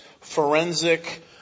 forensic